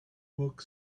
book